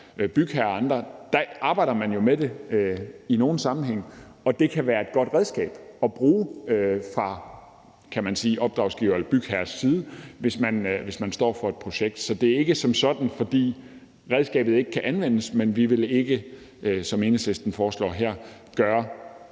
bygherrer og andre, arbejder med det i nogle sammenhænge, og det kan være et godt redskab at bruge fra opdragsgivers eller bygherres side, hvis man står for et projekt. Så det er ikke som sådan, fordi redskabet ikke kan anvendes, men vi vil ikke, som Enhedslisten foreslår her, gøre